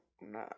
no